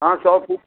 हाँ सौ फ़ूट